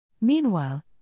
Meanwhile